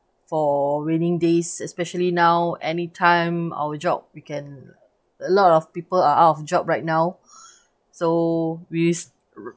for raining days especially now any time our job we can a lot of people are out of job right now so with